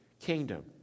kingdom